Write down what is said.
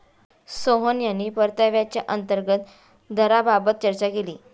सोहन यांनी परताव्याच्या अंतर्गत दराबाबत चर्चा केली